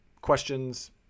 questions